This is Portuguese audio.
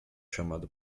chamado